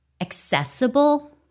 accessible